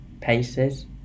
paces